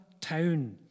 town